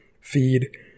feed